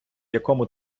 якому